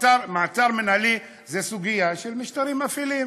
מעצר מינהלי זה סוגיה של משטרים אפלים,